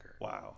Wow